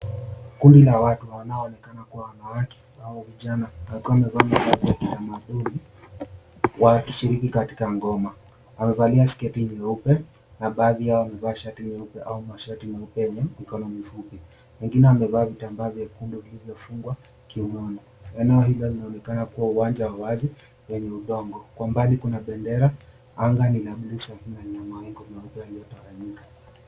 Kundi la watu wanaonekana kuwa wanawake au vijana wakiwa wamevaa mavazi ya kitamaduni wakishiriki katika ngoma. Wamevalia sketi nyeupe na baadhi yao wamevaa shati nyeupe au mashati meupe yenye mikono mifupi. Wengine wamevaa vitambaa vyekundu vilivyofungwa kiunoni. Eneo hilo linaonekana kuwa uwanja wa wazi wenye udongo kwa mbali kuna bendera anga ni la bluu safi na ni la mawingu yaliyotawanyika.